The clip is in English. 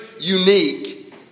unique